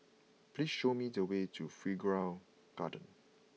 please show me the way to Figaro Garden